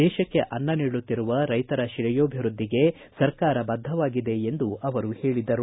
ದೇಶಕ್ಕೆ ಅನ್ನ ನೀಡುತ್ತಿರುವ ರೈತರ ಶ್ರೇಯೋಭಿವೃದ್ಧಿಗೆ ಸರ್ಕಾರ ಬದ್ಧವಾಗಿದೆ ಎಂದು ಅವರು ಹೇಳದರು